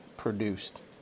produced